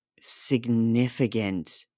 significant